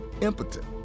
impotent